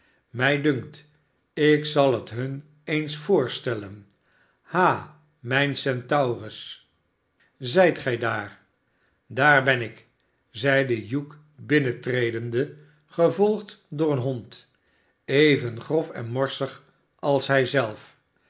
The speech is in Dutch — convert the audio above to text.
mij dunkt ik zal het hun eens voorstellen ha mijn centaurus zijt gij daar sdaar ben ik zeide hugh binnentredende gevolgd door een bond even grof en morsig als hij zelf